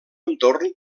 entorn